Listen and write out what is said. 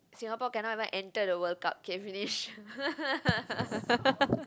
Singapore cannot even enter the World Cup K finish